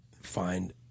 find